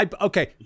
Okay